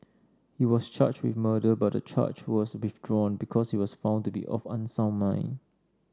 he was charged with murder but the charge was withdrawn because he was found to be of unsound mind